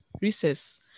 recess